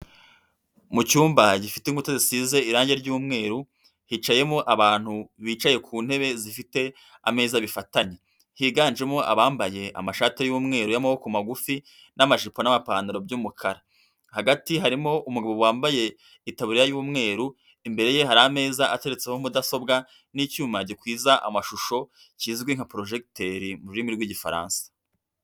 Mu cyumba gifite inkuta zisize irangi ry'umweru, hicayemo abantu bicaye ku ntebe zifite ameza bifatanye. Higanjemo abambaye amashati y'umweru y'amaboko magufi n'amajipo n'amapantaro by'umukara. Hagati harimo umugabo wambaye itaburiya y'umweru, imbere ye hari ameza ateretseho mudasobwa n'icyuma gikwiza amashusho kizwi nka porojegiteri mu rurimi rw'igifaransa.